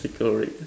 pickle Rick